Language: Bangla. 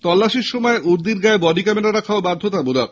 তল্লাশির সময় উর্দির গায়ে বডি ক্যামেরা রাখাও বাধ্যতামূলক